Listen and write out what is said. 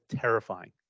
terrifying